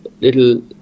little